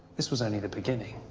this was only the beginning.